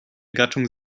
gattung